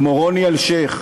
כמו רוני אלשיך,